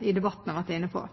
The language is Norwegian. i debatten har vært inne på.